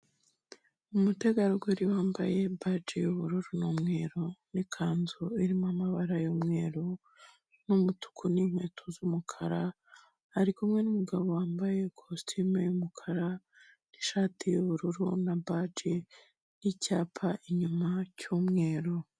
Umutegarugori wambaye bage y'ubururu n'umweru n'ikanzu irimo amabara y'umweru n'umutuku n'inkweto z'umukara, ari kumwe n'umugabo wambaye ikositime y'umukara n'ishati y'ubururu na baji n'icyapa inyuma cy'umweru.